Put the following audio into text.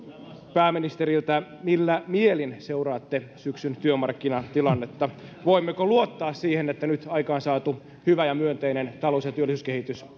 pääministeriltä millä mielin seuraatte syksyn työmarkkinatilannetta voimmeko luottaa siihen että nyt aikaansaatu hyvä ja myönteinen talous ja työllisyyskehitys